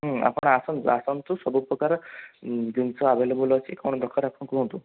ହୁଁ ଆପଣ ଆସନ୍ତୁ ଆସନ୍ତୁ ସବୁପ୍ରକାର ଜିନିଷ ଆଭେଲେବୁଲ୍ ଅଛି କ'ଣ ଦରକାର ଆପଣ କୁହନ୍ତୁ